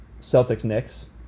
Celtics-Knicks